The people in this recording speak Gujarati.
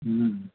હમમ